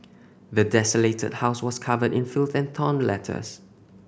the desolated house was covered in filth and torn letters